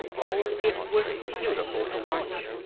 oh, it was beautiful to watch.